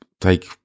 take